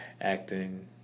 acting